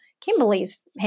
Kimberly's